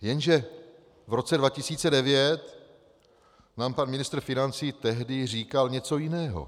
Jenže v roce 2009 nám pan ministr financí tehdy říkal něco jiného.